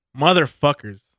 Motherfuckers